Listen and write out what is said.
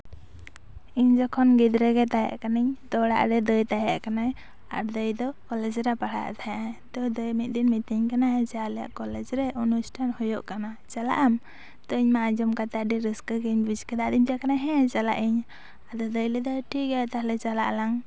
ᱤᱧ ᱡᱚᱠᱷᱚᱱ ᱜᱤᱫᱽᱨᱟᱹ ᱜᱮ ᱛᱟᱦᱮᱸᱠᱟᱹᱱᱟᱹᱧ ᱛᱚ ᱚᱲᱟᱜ ᱨᱮ ᱫᱟᱹᱭ ᱛᱟᱦᱮᱸ ᱠᱟᱱᱟᱭ ᱟᱨ ᱫᱟᱹᱭ ᱫᱚ ᱠᱚᱞᱮᱡ ᱨᱮ ᱯᱟᱲᱦᱟᱜ ᱛᱟᱦᱮᱸᱡ ᱮᱭ ᱟᱛᱚ ᱫᱟᱹᱭ ᱢᱤᱫ ᱫᱤᱱ ᱢᱤᱛᱟᱹᱧ ᱠᱟᱱᱟᱭ ᱡᱮ ᱟᱞᱮ ᱠᱚᱞᱮᱡ ᱨᱮ ᱚᱱᱩᱥᱴᱷᱟᱱ ᱦᱩᱭᱩᱜ ᱠᱟᱱᱟ ᱪᱟᱞᱟᱜ ᱟᱢ ᱛᱚ ᱤᱧ ᱢᱟ ᱟᱸᱡᱚᱢ ᱠᱟᱛᱮ ᱟᱹᱰᱤ ᱨᱟᱹᱥᱠᱟᱹ ᱜᱤᱧ ᱵᱩᱡ ᱠᱮᱫᱟ ᱟᱫᱚᱧ ᱢᱮᱛᱟᱭ ᱠᱟᱱᱟ ᱦᱮᱸ ᱪᱟᱞᱟᱜ ᱤᱧ ᱟᱫᱚ ᱫᱟᱹᱭ ᱞᱟᱹᱭᱫᱟᱭ ᱴᱷᱤᱠᱜᱮᱭᱟ ᱛᱟᱦᱞᱮ ᱪᱟᱞᱟᱜ ᱟᱞᱟᱝ